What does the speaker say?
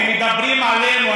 ומדברים עלינו,